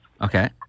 Okay